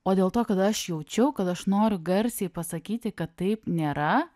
o dėl to kad aš jaučiau kad aš noriu garsiai pasakyti kad taip nėra